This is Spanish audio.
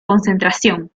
concentración